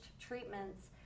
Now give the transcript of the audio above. treatments